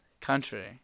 Country